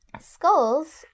skulls